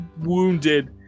wounded